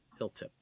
hilltip